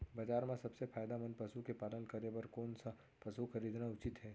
बजार म सबसे फायदामंद पसु के पालन करे बर कोन स पसु खरीदना उचित हे?